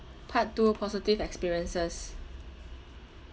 part two positive experiences